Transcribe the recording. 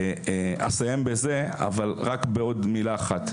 אסיים בזה, אבל אומר רק עוד משפט אחד,